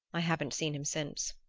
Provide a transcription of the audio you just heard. i haven't seen him since.